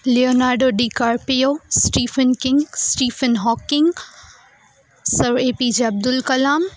Leonardo DiCaprio Stephen King Stephen Hawking sir APJ Abdul Kalam